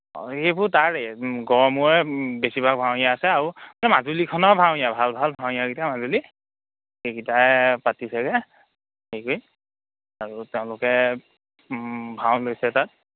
অঁ এইবোৰ তাৰে গড়মূৰৰে বেছি ভাগ ভাৱৰীয়া আছে আৰু মাজুলীখনৰ ভাৱৰীয়া ভাল ভাল ভাৱৰীয়াকেইটা মাজুলীৰ সেইকেইটাই পাতিছেগৈ হেৰি কৰি আৰু তেওঁলোকে ভাও লৈছে তাত